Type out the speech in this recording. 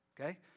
okay